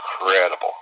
incredible